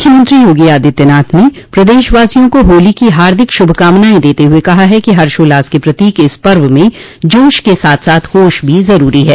मुख्यमंत्री योगी आदित्यनाथ ने प्रदेशवासियों को होली की हार्दिक शुभकामनाएं देते हुए कहा है कि हर्षोल्लास के प्रतीक इस पर्व में जोश के साथ साथ होश भी ज़रूरी है